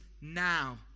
now